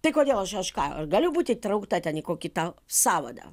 tai kodėl aš aš ką aš galiu būti įtraukta ten į kokį tą sąvadą